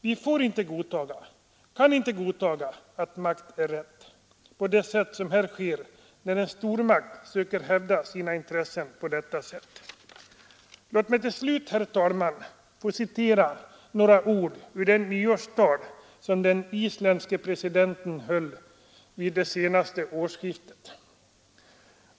Vi får inte och kan inte godtaga att makt är rätt när en stormakt söker hävda sina intressen på detta sätt. Låt mig till slut, herr talman, citera några ord ur det nyårstal som den isländske presidenten höll vid det senaste årsskiftet.